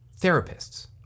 Therapists